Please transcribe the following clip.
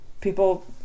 people